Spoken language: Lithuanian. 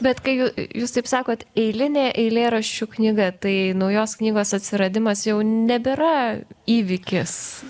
bet kai jū jūs taip sakot eilinė eilėraščių knyga tai naujos knygos atsiradimas jau nebėra įvykis